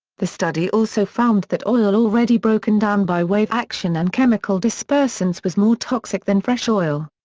the study also found that oil already broken down by wave action and chemical dispersants was more toxic than fresh oil.